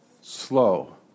slow